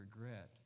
regret